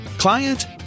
client